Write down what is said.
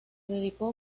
dedicó